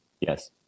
Yes